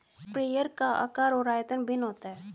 sprayer का आकार और आयतन भिन्न भिन्न होता है